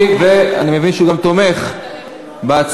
אין מתנגדים, אין נמנעים.